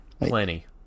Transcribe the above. Plenty